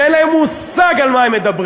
שאין להם מושג על מה הם מדברים,